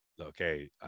okay